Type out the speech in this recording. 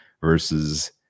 versus